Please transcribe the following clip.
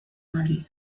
madrid